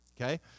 okay